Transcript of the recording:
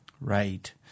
Right